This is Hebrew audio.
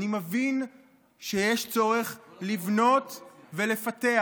אני מבין שיש צורך לבנות ולפתח,